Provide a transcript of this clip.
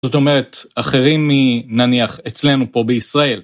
זאת אומרת, אחרים מנניח אצלנו פה בישראל.